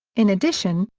in addition,